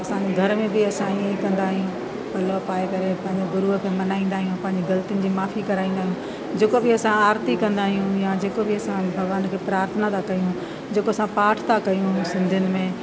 असांजे घर में बि असां ईअं कंदा आहियूं पल्लव पाए करे पंहिंजे गुरूअ खे मनाईंदा आहियूं पंहिंजूं ग़लतियुनि जी माफ़ी कराईंदा आहियूं जेको बि असां आरती कंदा आहियूं या जेको बि असां भॻवान खे प्रार्थना था कयूं जेको असां पाठ था कयूं सिंधियुनि में